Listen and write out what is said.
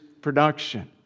production